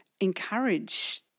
encourage